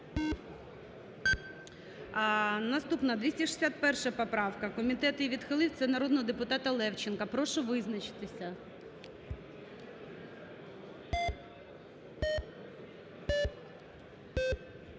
Наступна 261 поправка, комітет її відхилив. Це народного депутата Левченка. Прошу визначитися.